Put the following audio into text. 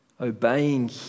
Obeying